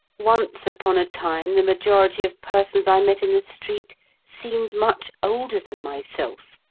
once upon a time the majority of persons i met in the street seemed much older than myself.